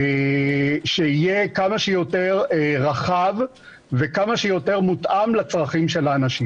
שיהיה כמה שיותר רחב וכמה שיותר מותאם לצרכים של האנשים.